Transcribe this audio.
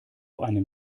einem